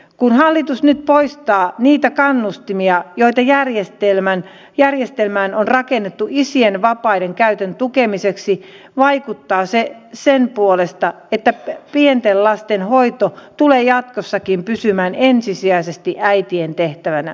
kun hallitus nyt poistaa niitä kannustimia joita järjestelmään on rakennettu isien vapaiden käytön tukemiseksi vaikuttaa se sen puolesta että pienten lasten hoito tulee jatkossakin pysymään ensisijaisesti äitien tehtävänä